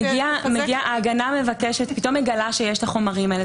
ההגנה פתאום מגלה שיש החומרים האלה.